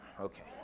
okay